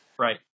right